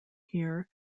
here